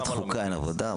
בוועדת חוקה אין עבודה?